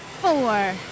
four